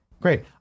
Great